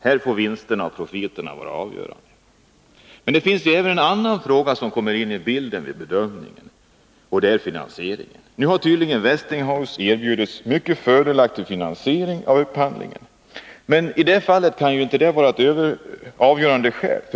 Här får vinsterna och profiterna vara avgörande. Men det finns även en annan fråga som kommer in i bilden vid bedömningen, och det är finansieringen. Nu har tydligen Westinghouse erbjudit en mycket fördelaktig finansiering av upphandlingen. Men detta kan ju inte vara ett avgörande skäl.